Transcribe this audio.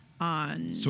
on